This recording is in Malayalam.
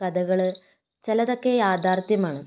കഥകൾ ചിലതൊക്കെ യാഥാർത്ഥ്യമാണ്